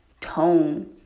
tone